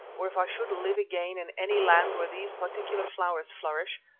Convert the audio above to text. or if i should live again in any land where these particular flowers flourish,